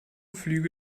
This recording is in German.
flüge